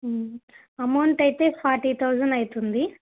amount అయితే forty thousand అయితుంది